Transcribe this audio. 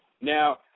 Now